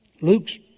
Luke's